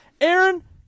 Aaron